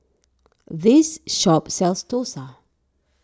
this shop sells Dosa